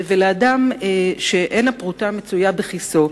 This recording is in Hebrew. לאדם שאין הפרוטה מצויה בכיסו,